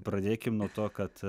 pradėkim nuo to kad